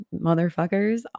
motherfuckers